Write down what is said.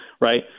right